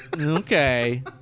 Okay